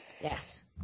Yes